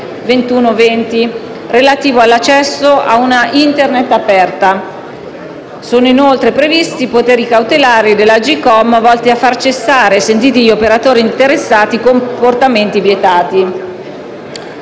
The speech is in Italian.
2015/2120, relativo all'accesso «a una Internet aperta». Sono inoltre previsti poteri cautelari dell'Agcom volti a far cessare, sentiti gli operatori interessati, i comportamenti vietati.